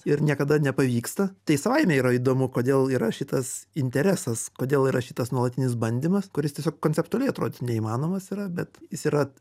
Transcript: ir niekada nepavyksta tai savaime yra įdomu kodėl yra šitas interesas kodėl yra šitas nuolatinis bandymas kuris tiesiog konceptualiai atrodytų neįmanomas yra bet jis yra